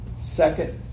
Second